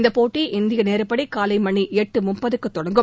இந்த போட்டி இந்திய நேரப்படி காலை மணி எட்டு முப்பதுக்கு தொடங்கும்